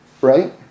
right